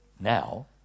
Now